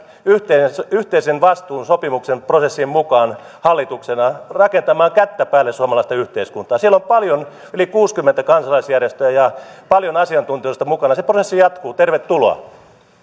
yhteisen vastuun sopimuksen prosessiin mukaan hallituksena rakentamaan kättä päälle suomalaista yhteiskuntaa siellä on yli kuusikymmentä kansalaisjärjestöä ja paljon asiantuntijoita mukana ja se prosessi jatkuu tervetuloa